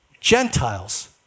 Gentiles